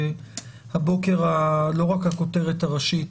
שהבוקר לא רק הכותרת הראשית,